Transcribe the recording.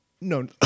No